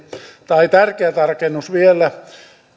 tai tärkeä tarkennus vielä